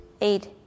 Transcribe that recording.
eight